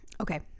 okay